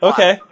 Okay